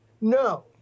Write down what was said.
No